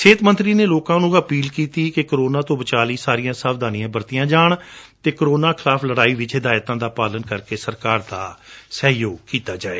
ਸਿਹਤ ਮੰਤਰੀ ਨੇ ਲੋਕਾ ਨੂੰ ਅਪੀਲ ਕੀਤੀ ਕਿ ਕੋਰੋਨਾ ਤੋਂ ਬਚਾਅ ਲਈ ਸਾਰੀਆਂ ਸਾਵਧਾਨੀਆਂ ਬਰਤੀਆਂ ਜਾਣ ਅਤੇ ਕੋਰੋਨਾ ਖਿਲਾਫ਼ ਲੜਾਈ ਵਿਚ ਹਿਦਾਇਤਾਂ ਦਾ ਪਾਲਣ ਕਰਕੇ ਸਰਕਾਰ ਦਾ ਸਹਿਯੋਗ ਕੀਤਾ ਜਾਵੇ